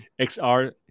XR